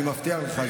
אני מבטיח לך.